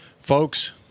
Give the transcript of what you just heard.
folks